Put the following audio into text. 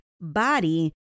body